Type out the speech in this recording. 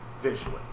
visually